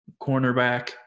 cornerback